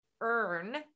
earn